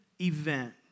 event